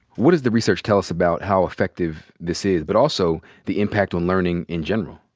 what does the research tell us about how effective this is, but also the impact on learning in general?